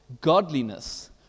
godliness